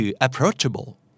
Approachable